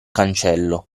cancello